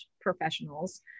professionals